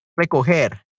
recoger